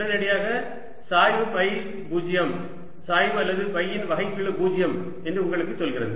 உடனடியாக சாய்வு ஃபை 0 சாய்வு அல்லது ஃபை இன் வகைக்கெழு 0 என்று உங்களுக்கு சொல்கிறது